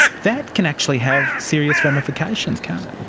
that can actually have serious ramifications can't it.